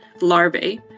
larvae